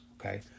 okay